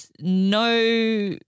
no